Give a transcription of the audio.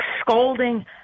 scolding